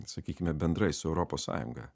sakykime bendrai su europos sąjunga